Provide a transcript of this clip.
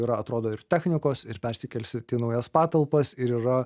yra atrodo ir technikos ir persikelsit į naujas patalpas ir yra